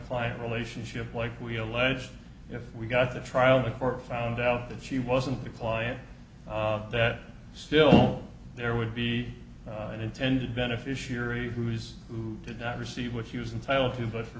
client relationship like we allege if we got the trial the court found out that she wasn't the client that still there would be an intended beneficiary who was who did not receive what she was in title to but for